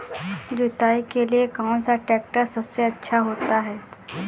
जुताई के लिए कौन सा ट्रैक्टर सबसे अच्छा होता है?